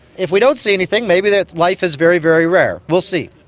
if we don't see anything, maybe life is very, very rare. we'll see.